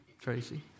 Tracy